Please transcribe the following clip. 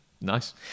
Nice